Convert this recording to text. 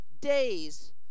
days